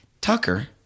Tucker